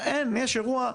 יש אירוע.